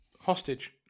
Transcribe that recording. Hostage